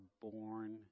born